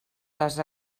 les